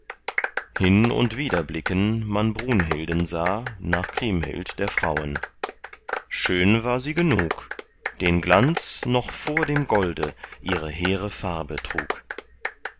hin und wieder blicken man brunhilden sah nach kriemhild der frauen schön war sie genug den glanz noch vor dem golde ihre hehre farbe trug